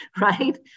right